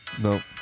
No